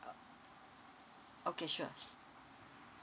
okay sure